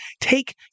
take